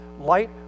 Light